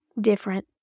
different